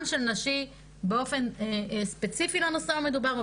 של נשים באופן ספציפי לנושא המדובר,